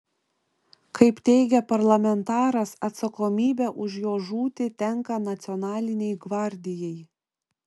kaip teigia parlamentaras atsakomybė už jo žūtį tenka nacionalinei gvardijai